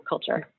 Culture